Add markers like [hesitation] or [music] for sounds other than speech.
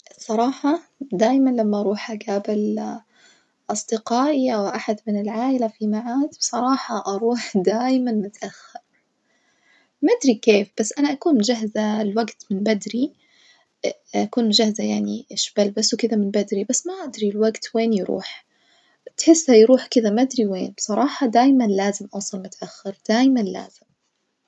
الصراحة دايمًا لما أروح أجابل [hesitation] أصدقائي أو أحد من العائلة في معاد بصراحة أروح [laughs] دايمًا متأخر، ما أدري كيف بس أنا أكون مجهزة الوجت من بدري [hesitation] أكون مجهزة يعني إيش بلبس وكدة من بدري بس ما أدري الوجت وين يروح، تحسه يروح كدة ما أدري وين بصراحة دايمًا لازم أوصل متأخر دايمًا لازم.